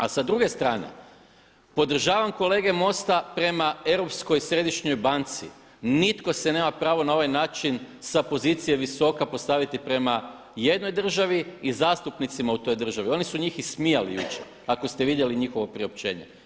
A sa druge strane, podržavam kolege MOST-a prema Europskoj središnjoj banci, nitko se nema pravo na ovaj način sa pozicije visoka postaviti prema jednoj državi i zastupnicima u toj državi, oni su njih ismijali jučer ako ste vidjeli njihovo priopćenje.